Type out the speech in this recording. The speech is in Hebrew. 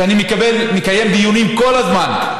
ואני מקיים שם דיונים כל הזמן,